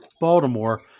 Baltimore